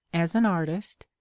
as an artist,